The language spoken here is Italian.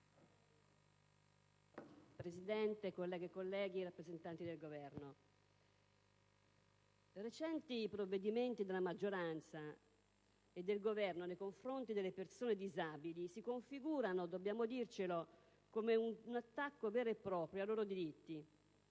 Presidente, colleghe e colleghi, rappresentanti del Governo, i recenti provvedimenti della maggioranza e del Governo nei confronti delle persone disabili si configurano - dobbiamo dircelo - come un attacco vero e proprio ai loro diritti,